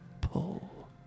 pull